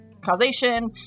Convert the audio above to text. causation